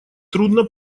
трудно